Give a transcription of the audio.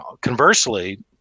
conversely